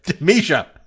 Misha